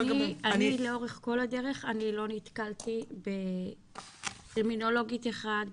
אני לאורך כל הדרך אני לא נתקלתי בקרימינולוגית אחת,